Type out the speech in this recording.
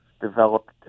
developed